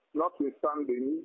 notwithstanding